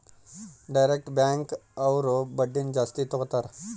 direct bank ಅವ್ರು ಬಡ್ಡಿನ ಜಾಸ್ತಿ ತಗೋತಾರೆ